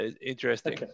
interesting